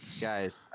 Guys